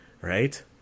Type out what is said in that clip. right